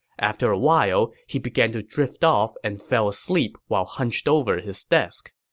after a while, he began to drift off and fell asleep while hunched over his desk.